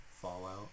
Fallout